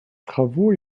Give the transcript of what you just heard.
travaux